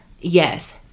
yes